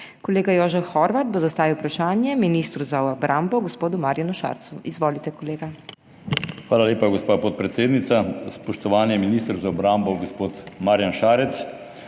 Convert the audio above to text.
Kolega Jožef Horvat bo zastavil vprašanje ministru za obrambo, gospodu Marjanu Šarcu. Izvolite, kolega. **JOŽEF HORVAT (PS NSi):** Hvala lepa, gospa podpredsednica. Spoštovani minister za obrambo gospod Marjan Šarec!